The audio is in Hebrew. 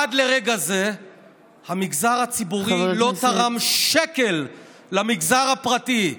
עד לרגע זה המגזר הציבורי לא תרם שקל למגזר הפרטי?